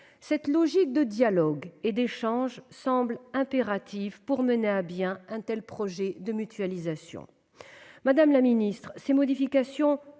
Cette logique de dialogue et d'échange semble impérative pour mener à bien un tel projet de mutualisation. Madame la ministre, ces modifications